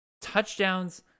touchdowns